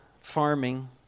farming